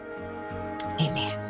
Amen